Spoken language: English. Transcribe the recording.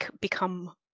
become